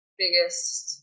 biggest